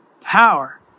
power